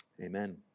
Amen